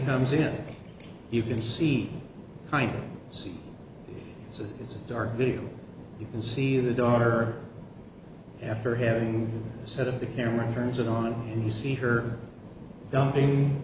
comes in you can see kind see it's a dark video you can see the daughter after having set up the parent turns it on and you see her dumping